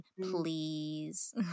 please